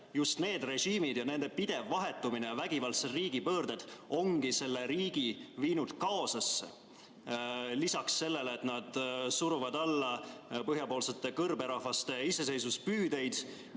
Just need režiimid ja nende pidev vahetumine, vägivaldsed riigipöörded ongi selle riigi viinud kaosesse. Lisaks sellele nad suruvad alla põhjapoolsete kõrberahvaste iseseisvuspüüdeid.